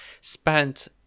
spent